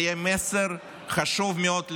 זה יהיה מסר חשוב מאוד לשוק,